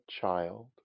child